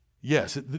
Yes